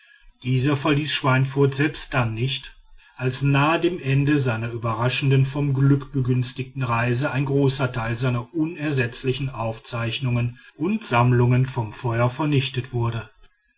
dieser verließ schweinfurth selbst dann nicht als nahe dem ende seiner überraschend vom glück begünstigten reise ein großer teil seiner unersetzlichen aufzeichnungen und sammlungen vom feuer vernichtet wurde